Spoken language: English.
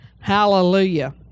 Hallelujah